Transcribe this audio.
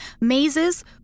mazes